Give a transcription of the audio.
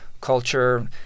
culture